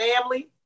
family